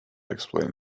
explain